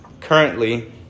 currently